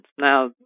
Now